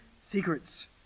secrets